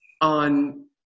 on